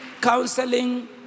counseling